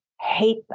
hate